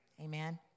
Amen